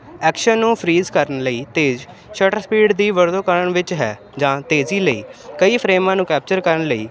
action ਨੂੰ freeze ਕਰਨ ਲਈ ਤੇਜ਼ ਸ਼ਟਰ ਸਪੀਡ ਦੀ ਵਰਤੋਂ ਕਰਨ ਵਿੱਚ ਹੈ ਜਾਂ ਤੇਜ਼ੀ ਲਈ ਕਈ ਫਰੇਮਾਂ ਨੂੰ ਕੈਪਚਰ ਕਰਨ ਲਈ